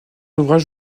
ouvrage